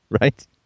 Right